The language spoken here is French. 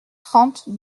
trente